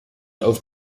auf